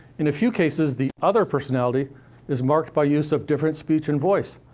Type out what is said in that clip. in a few cases, the other personality is marked by use of different speech and voice.